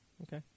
Okay